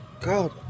God